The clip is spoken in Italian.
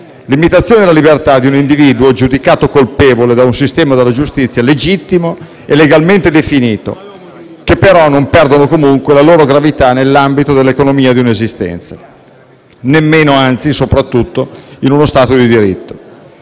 limitazione della libertà di un individuo giudicato colpevole da un sistema della giustizia legittimo e legalmente definito, ma che non per questo appare meno grave nell'ambito dell'economia di un'esistenza, nemmeno, anzi soprattutto, in uno Stato di diritto.